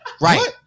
Right